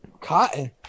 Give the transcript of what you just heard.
Cotton